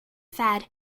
fad